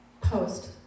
post